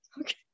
Okay